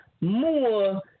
more